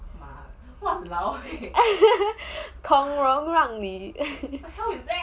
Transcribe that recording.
孔融让梨